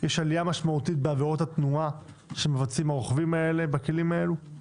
יש עלייה משמעותית בעבירות התנועה שמבצעים הרוכבים האלה בכלים הללו.